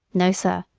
no, sir,